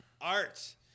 art